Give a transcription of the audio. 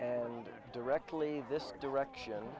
and directly this direction